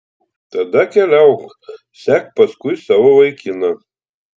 tada keliauk sek paskui savo vaikiną